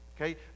Okay